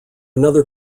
another